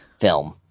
film